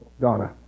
Donna